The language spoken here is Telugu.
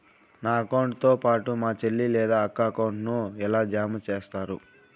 నా అకౌంట్ తో పాటు మా చెల్లి లేదా అక్క అకౌంట్ ను ఎలా జామ సేస్తారు?